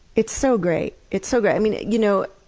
it's so great, it's so great. you know,